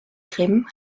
grimm